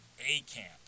A-Camp